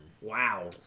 Wow